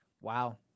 Wow